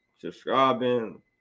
subscribing